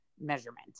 measurement